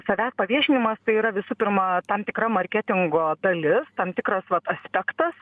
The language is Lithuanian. savęs paviešinimas tai yra visų pirma tam tikra marketingo dalis tam tikras aspektas